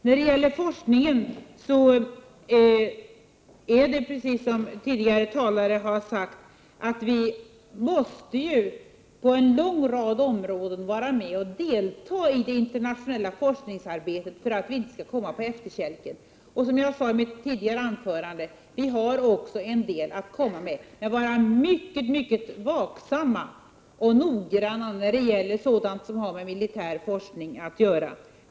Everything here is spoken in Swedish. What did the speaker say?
När det gäller forskningen måste vi — precis som tidigare talare har sagt — på en lång rad områden delta i det internationella forskningsarbetet för att vi inte skall komma på efterkälken. Som jag sade i mitt tidigare anförande har vi också en del att komma med. Men vi skall vara mycket vaksamma och noggranna när det gäller sådant som har med militär forskning att göra.